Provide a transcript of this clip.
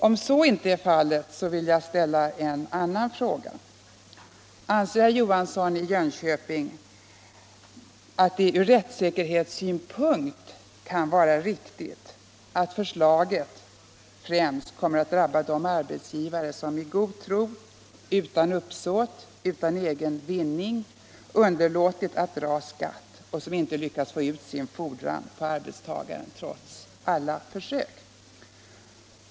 Om så inte är fallet vill jag ställa en annan fråga: Anser herr Johansson i Jönköping att det från rättssäkerhetssynpunkt är riktigt att förslaget främst kommer att drabba de arbetsgivare som i god tro, utan uppsåt, utan egen vinning, underlåtit att dra skatt och som inte lyckas få ut sin fordran på arbetstagaren trots alla försök?